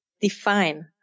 define